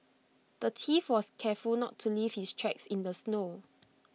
the thief was careful to not leave his tracks in the snow